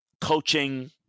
Coaching